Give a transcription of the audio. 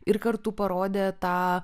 ir kartu parodė tą